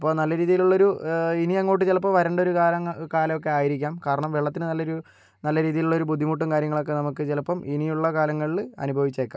ഇപ്പോൾ നല്ല രീതീലുള്ളൊരു ഇനി അങ്ങോട്ട് ചിലപ്പോൾ വരണ്ടൊരു കാലം കാലോക്കെ ആയിരിക്കാം കാരണം വെള്ളത്തിന് നല്ലൊരു നല്ല രീതീലുള്ളൊരു ബുദ്ധിമുട്ടും കാര്യങ്ങളക്കെ നമക്ക് ചിലപ്പം ഇനിയുള്ള കാലങ്ങളില് അനുഭവിച്ചേക്കാം